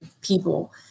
people